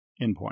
endpoint